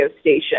station